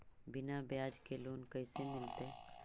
बिना ब्याज के लोन कैसे मिलतै?